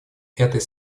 этой